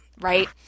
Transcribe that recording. right